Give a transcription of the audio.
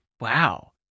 Wow